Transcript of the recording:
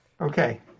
Okay